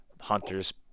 hunters